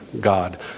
God